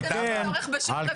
לא